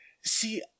See